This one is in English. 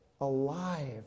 alive